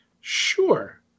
sure